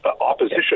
opposition